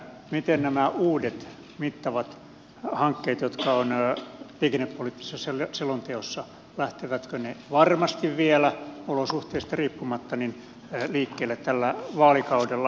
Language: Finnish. lähtevätkö nämä uudet mittavat hankkeet jotka ovat liikennepoliittisessa selonteossa varmasti vielä olosuhteista riippumatta liikkeelle tällä vaalikaudella